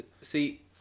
See